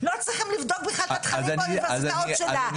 לא צריכים לבדוק בכלל את התכנים הנלמדים באוניברסיטאות שלה.